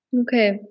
Okay